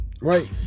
right